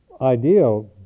ideal